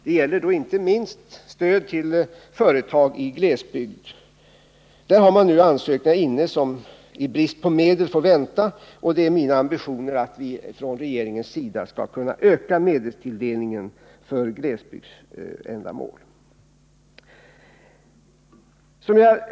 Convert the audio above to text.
Det gäller inte minst stöd till företag i glesbygd. På detta område finns det nu ansökningar som i brist på medel inte kan beviljas. Det är min ambition att vi från regeringens sida skall kunna öka medelstilldelningen för glesbygdsändamål.